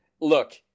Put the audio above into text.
look